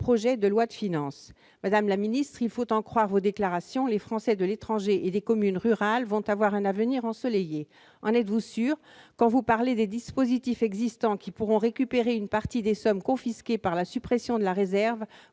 projet de loi de finances. » Madame la ministre, s'il faut en croire vos déclarations, les Français de l'étranger et les communes rurales vont avoir un avenir ensoleillé. En êtes-vous sûre ? Quand vous parlez des dispositifs existants qui permettront de récupérer une partie des sommes confisquées par la suppression de la réserve,